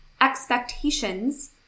expectations